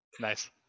Nice